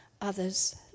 others